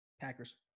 Packers